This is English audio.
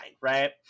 right